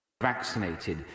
Vaccinated